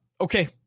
okay